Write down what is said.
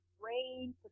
rain